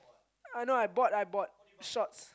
I know I bought I bought shorts